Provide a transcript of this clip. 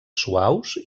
suaus